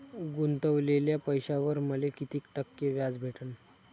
गुतवलेल्या पैशावर मले कितीक टक्के व्याज भेटन?